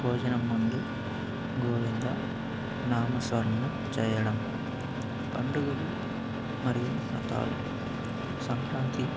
భోజనం ముందు గోవింద నామ స్మరణం చేయడం పండుగలు మరియు వ్రతాలు సంక్రాంతి